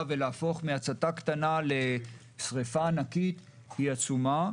ולהפוך מהצתה קטנה לשריפה ענקית היא עצומה,